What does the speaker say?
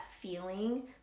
feeling